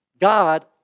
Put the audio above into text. God